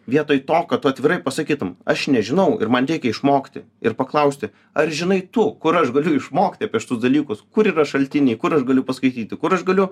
vietoj to kad tu atvirai pasakytum aš nežinau ir man reikia išmokti ir paklausti ar žinai tu kur aš galiu išmokti apie šitus dalykus kur yra šaltiniai kur aš galiu paskaityti kur aš galiu